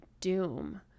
doom